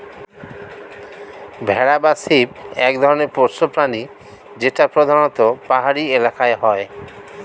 ভেড়া বা শিপ এক ধরনের পোষ্য প্রাণী যেটা প্রধানত পাহাড়ি এলাকায় হয়